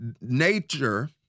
nature